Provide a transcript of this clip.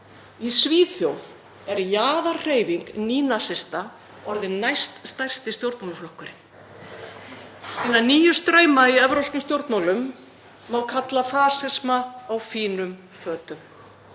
Í Svíþjóð er jaðarhreyfing nýnasista orðinn næststærsti stjórnmálaflokkurinn. Hina nýju strauma í evrópskum stjórnmálum má kalla fasisma á fínum fötum.